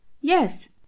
yes